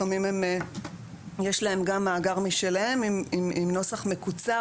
לפעמים יש להם גם מאגר משלהם עם נוסח מקוצר,